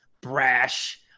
brash